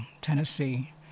Tennessee